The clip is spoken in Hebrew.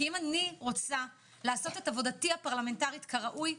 כי אם אני רוצה לעשות את עבודתי הפרלמנטרית כראוי,